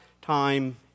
time